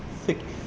thick